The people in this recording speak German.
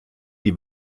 die